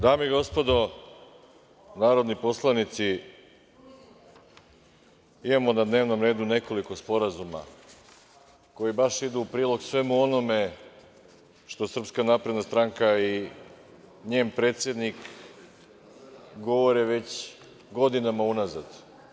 Dame i gospodo narodni poslanici, imamo na dnevnom redu nekoliko sporazuma koji baš idu u prilog svemu onome što SNS i njen predsednik govore već godinama unazad.